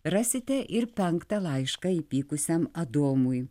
rasite ir penktą laišką įpykusiam adomui